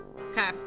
Okay